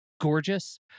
gorgeous